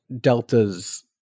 Delta's